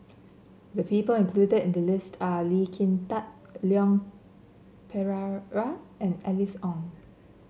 the people included in the list are Lee Kin Tat Leon Perera and Alice Ong